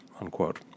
unquote